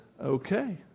Okay